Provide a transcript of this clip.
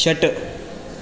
षट्